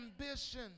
ambition